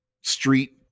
street